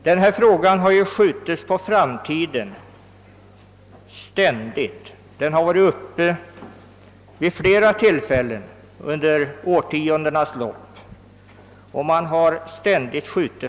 Detta spörsmål har ju ständigt skjutits på framtiden när det vid flera tillfällen under årtiondenas lopp tagits upp.